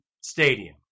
stadium